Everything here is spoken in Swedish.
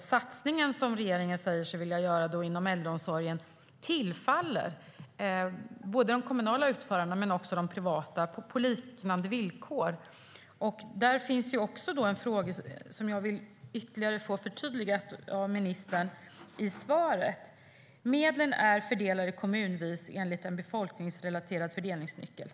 satsning som regeringen säger sig vilja göra inom äldreomsorgen inte tillfaller både de kommunala och de privata utförarna på lika villkor. Det finns en fråga som jag vill att ministern förtydligar ytterligare. I svaret sägs: "Medlen är fördelade kommunvis enligt en befolkningsrelaterad fördelningsnyckel.